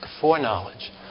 Foreknowledge